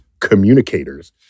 communicators